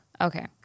Okay